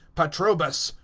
patrobas,